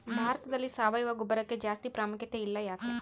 ಭಾರತದಲ್ಲಿ ಸಾವಯವ ಗೊಬ್ಬರಕ್ಕೆ ಜಾಸ್ತಿ ಪ್ರಾಮುಖ್ಯತೆ ಇಲ್ಲ ಯಾಕೆ?